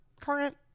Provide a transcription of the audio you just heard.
current